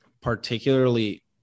particularly